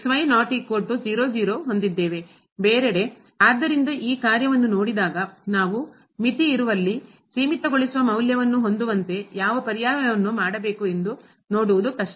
ಇಲ್ಲಿ ನಾವು ಆದ್ದರಿಂದ ಈ ಕಾರ್ಯವನ್ನು ನೋಡಿದಾಗ ನಾವು ಮಿತಿ ಇರುವಲ್ಲಿ ಸೀಮಿತಗೊಳಿಸುವ ಮೌಲ್ಯವನ್ನು ಹೊಂದುವಂತೆ ಯಾವ ಪರ್ಯಾಯವನ್ನು ಮಾಡಬೇಕು ಎಂದು ನೋಡುವುದು ಕಷ್ಟ